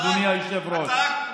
אדוני היושב-ראש.